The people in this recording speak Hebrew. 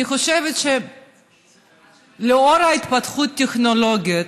אני חושבת שלאור ההתפתחות הטכנולוגית,